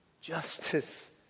justice